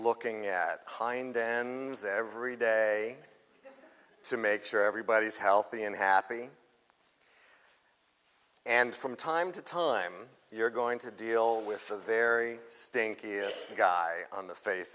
looking at hind every day to make sure everybody's healthy and happy and from time to time you're going to deal with a very stinky is a guy on the face